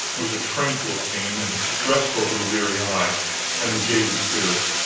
it was a tranquil scene, and restful to the weary eye and the jaded spirit.